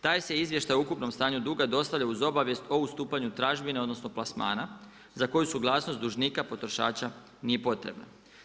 Taj se izvještaj o ukupnom stanju dostava dostavlja uz obavijest o ustupanju tražbine, odnosno, plasmana za koju suglasnost dužnika potrošača nije potrebno.